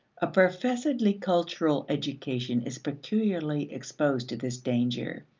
a professedly cultural education is peculiarly exposed to this danger.